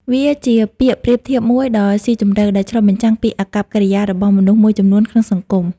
វាជាពាក្យប្រៀបធៀបមួយដ៏ស៊ីជម្រៅ ដែលឆ្លុះបញ្ចាំងពីអាកប្បកិរិយារបស់មនុស្សមួយចំនួនក្នុងសង្គម។